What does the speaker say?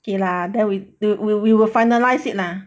okay lah then we will we will finalise it lah